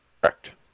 correct